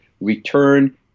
return